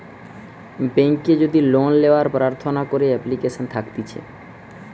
বেংকে যদি লোন লেওয়ার প্রার্থনা করে এপ্লিকেশন থাকতিছে